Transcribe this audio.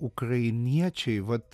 ukrainiečiai vat